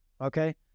okay